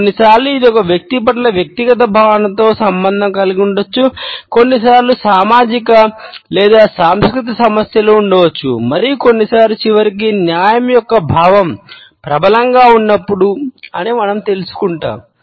కొన్నిసార్లు ఇది ఒక వ్యక్తి పట్ల వ్యక్తిగత భావనతో సంబంధం కలిగి ఉండవచ్చు కొన్నిసార్లు సామాజిక లేదా సాంస్కృతిక సమస్యలు ఉండవచ్చు మరియు కొన్నిసార్లు చివరికి న్యాయం యొక్క భావం ప్రబలంగా ఉన్నప్పుడు అని మనం తెలుసుకుంటాము